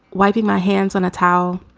wiping my hands on a towel.